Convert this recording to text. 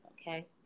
okay